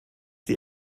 die